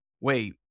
wait